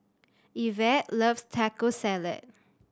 Ivette loves Taco Salad